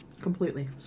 Completely